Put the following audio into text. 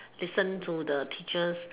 listen to the teachers